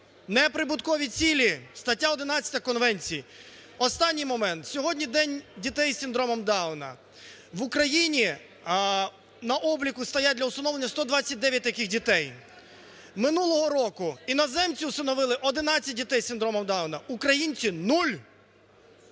Неприбуткові цілі – стаття 11-а конвенції. Останній момент. Сьогодні День дітей з синдромом Дауна. В Україні на обліку стоять для усиновлення 129 таких дітей. Минулого року іноземці усиновили 11 дітей з синдромом Дауна, українці – нуль.